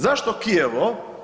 Zašto Kijevo?